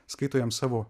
skaito jam savo